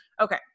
okay